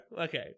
Okay